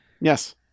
Yes